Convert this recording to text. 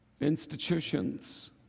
institutions